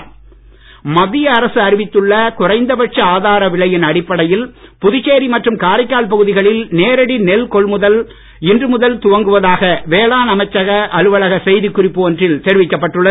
நெல் கொள்முதல் மத்திய அரசு அறிவித்துள்ள குறைந்த பட்ச ஆதர விலையின் அடிப்படையில் புதுச்சேரி மற்றும் காரைக்கால் பகுதிகளில் நேரடி நெல் கொள்முதல் இன்று முதல் துவங்குவதாக வேளாண் அமைச்சர் அலுவலக செய்தி குறிப்பு ஒன்றில் தெரிவிக்கப்பட்டுள்ளது